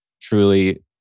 truly